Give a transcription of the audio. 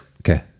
Okay